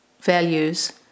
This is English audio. values